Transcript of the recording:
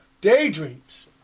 daydreams